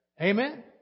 amen